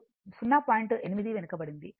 8 వెనుకబడింది